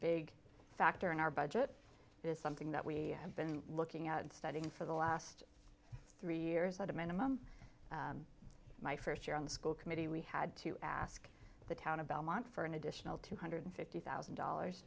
big factor in our budget is something that we have been looking at and studying for the last three years at a minimum my first year on the school committee we had to ask the town of belmont for an additional two hundred fifty thousand dollars